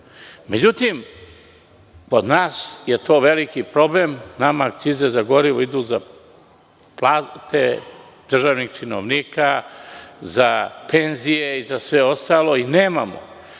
Međutim, kod nas je to veliki problem. Nama akcize za gorivo idu za plate državnih činovnika, za penzije i za sve ostalo i nemamo